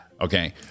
Okay